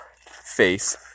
face